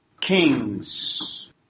kings